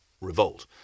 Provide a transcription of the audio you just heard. revolt